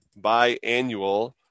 biannual